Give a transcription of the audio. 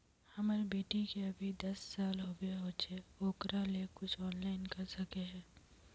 हमर बेटी के अभी दस साल होबे होचे ओकरा ले कुछ ऑनलाइन कर सके है?